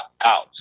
out